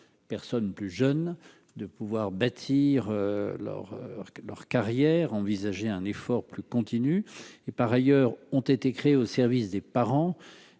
personne plus jeune de pouvoir bâtir leur leur carrière envisager un effort plus continue et, par ailleurs, ont été créés au service des parents